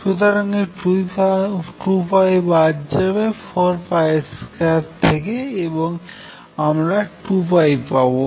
সুতরাং এই 2 বাদ যাবে 4 2থেকে এবং আমরা 2 পাবো